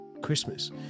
christmas